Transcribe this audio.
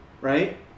Right